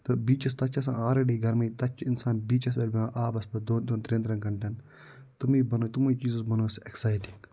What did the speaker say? تہٕ بیٖچَس تَتھ چھِ آسان آلرٕڈی گرمٕے تَتھ چھِ اِنسان بیٖچَس پٮ۪ٹھ بہوان آبَس پٮ۪ٹھ دۄن دۄن ترٛیٚن ترٛیٚن گنٛٹَن تِمنٕۍ بناو تِموٕے چیٖزَو بناو سُہ اٮ۪کسایٹِنٛگ